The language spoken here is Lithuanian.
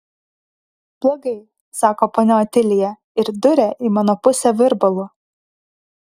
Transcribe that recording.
blogai sako ponia otilija ir duria į mano pusę virbalu